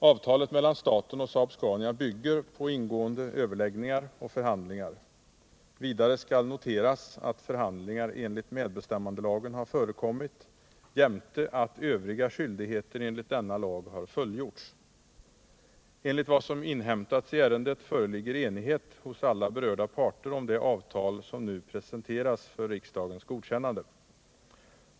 Avtalet mellan staten och Saab-Scania bygger på ingående överläggningar och förhandlingar. Vidare skall noteras, att förhandlingar enligt medbestämmandelagen har förekommit samt att övriga skyldigheter enligt denna lag har fullgjorts. Enligt vad som inhämtats i ärendet föreligger enighet hos alla berörda parter om det avtal som nu presenteras för riksdagens godkännande.